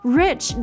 rich